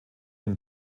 den